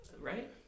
right